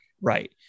Right